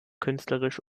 künstlerisch